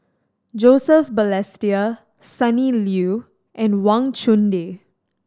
Joseph Balestier Sonny Liew and Wang Chunde